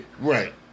Right